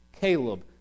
Caleb